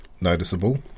noticeable